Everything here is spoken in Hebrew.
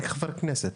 אני חבר כנסת.